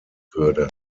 würde